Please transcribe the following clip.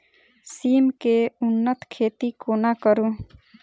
सिम केँ उन्नत खेती कोना करू?